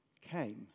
came